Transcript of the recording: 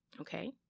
okay